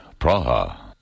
Praha